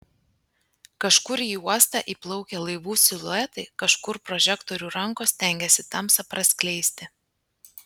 kažkur į uostą įplaukia laivų siluetai kažkur prožektorių rankos stengiasi tamsą praskleisti